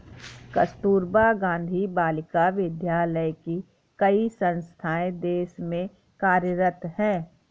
कस्तूरबा गाँधी बालिका विद्यालय की कई संस्थाएं देश में कार्यरत हैं